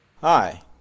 hi